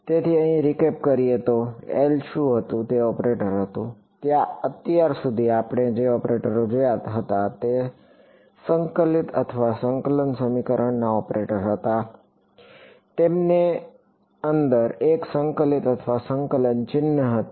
તેથી અહીં રીકેપ કરીએ તો L શું હતું તે ઓપરેટર હતું અત્યાર સુધી આપણે જે ઓપરેટરો જોયા હતા તે સંકલિત સંકલન સમીકરણ ઓપરેટર હતા તેમની અંદર એક સંકલિત સંકલન ચિહ્ન હતું